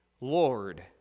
Lord